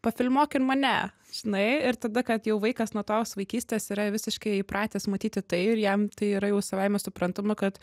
pafilmuok ir mane žinai ir tada kad jau vaikas nuo tos vaikystės yra visiškai įpratęs matyti tai ir jam tai yra jau savaime suprantama kad